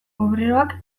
obreroak